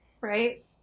Right